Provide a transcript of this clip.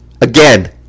again